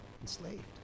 enslaved